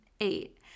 Eight